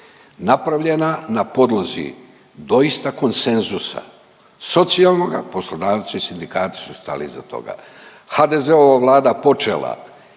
napravljena na podlozi doista konsenzusa socijalnoga, poslodavci i sindikati su stali iza toga. HDZ-ova Vlada počela,